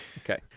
Okay